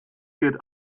geht